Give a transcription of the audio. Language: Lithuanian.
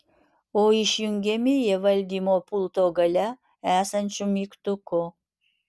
o išjungiami jie valdymo pulto gale esančiu mygtuku